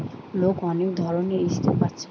লোক অনেক ধরণের স্কিম পাচ্ছে